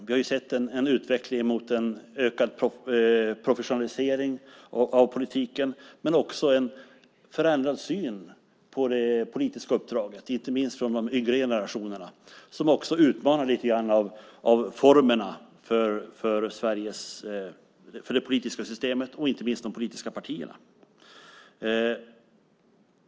Vi har sett en utveckling mot en ökad professionalisering av politiken men också en förändrad syn på det politiska uppdraget, inte minst från de yngre generationerna som också lite grann utmanar formerna för det politiska systemet och inte minst de politiska partierna.